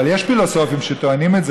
אבל יש פילוסופים שטוענים את זה.